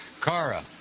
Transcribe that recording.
Kara